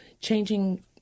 changing